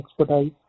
expertise